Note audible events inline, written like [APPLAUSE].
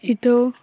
[UNINTELLIGIBLE]